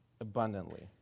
abundantly